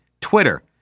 Twitter